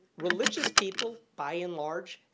religious people, by and large,